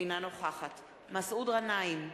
אינה נוכחת מסעוד גנאים,